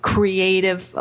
creative